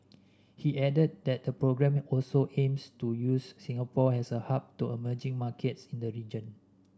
he added that the programme also aims to use Singapore as a hub to emerging markets in the region